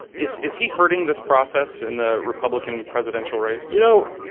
is is he hurting this process in the republican presidential race? you know,